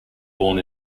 born